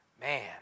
Man